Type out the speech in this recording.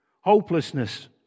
Hopelessness